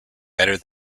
better